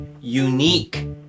unique